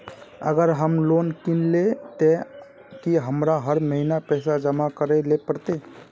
अगर हम लोन किनले ते की हमरा हर महीना पैसा जमा करे ले पड़ते?